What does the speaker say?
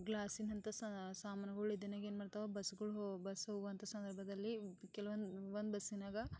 ಗ್ಲಾಸಿನಂಥ ಸಾಮಾನ್ಗಳು ಇದ್ದಿನಾಗ ಏನ್ಮಾಡ್ತಾವ ಬಸ್ಗಳು ಹೋ ಬಸ್ ಹೋಗುವಂಥ ಸಂದರ್ಭದಲ್ಲಿ ಕೆಲವೊಂದು ಒಂದು ಬಸ್ಸಿನಾಗ